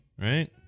right